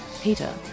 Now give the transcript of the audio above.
Peter